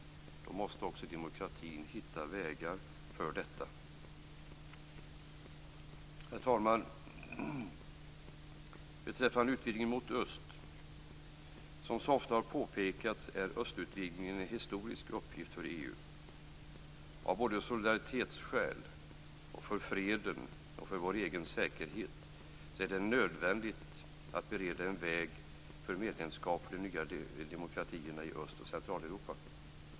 Då måste också demokratin hitta vägar för detta. Herr talman! Jag skall säga något beträffande utvidgningen mot öst. Som så ofta har påpekats är östutvidgningen en historisk uppgift för EU. Av solidaritetsskäl, för freden och för vår egen säkerhet är det nödvändigt att bereda en väg för medlemskap för de nya demokratierna i Öst och Centraleuropa.